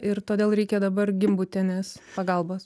ir todėl reikia dabar gimbutienės pagalbos